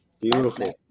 Beautiful